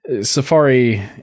Safari